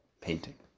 painting